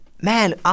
man